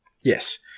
Yes